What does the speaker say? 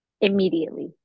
immediately